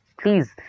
please